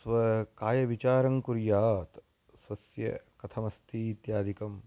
स्व कायविचारं कुर्यात् स्वस्य कथमस्ति इत्यादिकम्